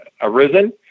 arisen